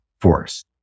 force